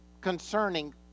concerning